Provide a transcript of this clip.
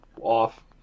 off